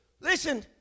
Listen